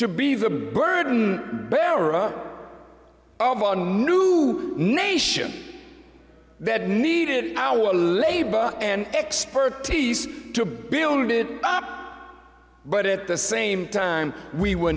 to be the burden bearer of a new nation that needed our labor and expertise to build it but at the same time we were